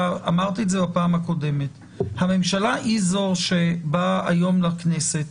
אמרתי בפעם הקודמת שהממשלה היא זו שבאה היום לכנסת